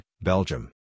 Belgium